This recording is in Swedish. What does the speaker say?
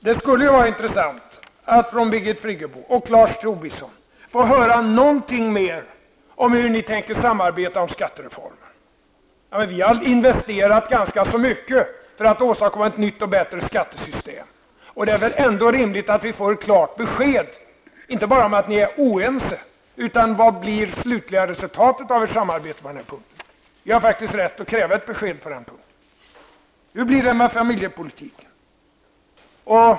Det skulle vara intressant att från Birgit Friggebo och Lars Tobisson få höra någonting mer om hur ni tänker samarbeta om skattereformen. Vi har investerat ganska mycket för att åstadkomma ett nytt och bättre skattesystem, och det är väl ändå rimligt att vi får ett klart besked inte bara om att ni är oense utan om vad det slutliga resultatet av ert samarbete blir. Vi har faktiskt rätt att kräva ett besked på den punkten. Hur blir det med familjepolitiken?